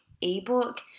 ebook